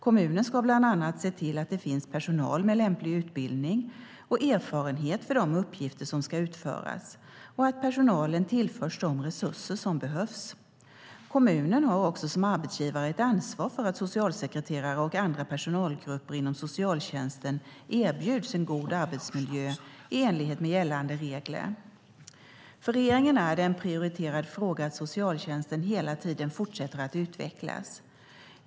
Kommunen ska bland annat se till att det finns personal med lämplig utbildning och erfarenhet för de uppgifter som ska utföras och att personalen tillförs de resurser som behövs. Kommunen har också som arbetsgivare ett ansvar för att socialsekreterare och andra personalgrupper inom socialtjänsten erbjuds en god arbetsmiljö i enlighet med gällande regler. För regeringen är det en prioriterad fråga att socialtjänsten hela tiden fortsätter att utvecklas.